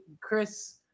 Chris